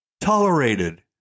tolerated